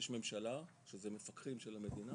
יש ממשלה שזה מפקחים של המדינה